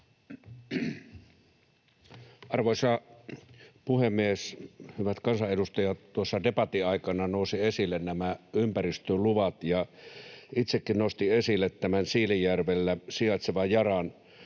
Arvoisa puhemies! Hyvät kansanedustajat! Tuossa debatin aikana nousivat esille nämä ympäristöluvat, ja itsekin nostin esille nämä Siilinjärvellä sijaitsevan Yaran